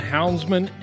Houndsman